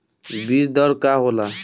बीज दर का होला?